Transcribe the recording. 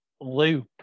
loop